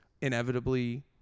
inevitably